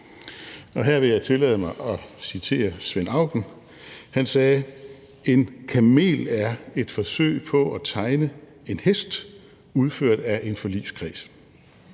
Her vil jeg tillade mig at citere Svend Auken. Han sagde: En kamel er et forsøg på at tegne en hest udført af en forligskreds.